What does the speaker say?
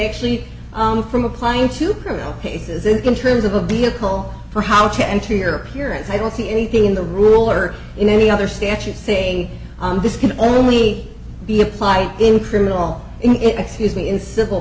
actually from applying to criminal cases it can terms of a vehicle for how to enter your appearance i don't see anything in the rule or in any other statute thing this can only be applied in criminal in excuse me in civil